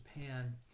Japan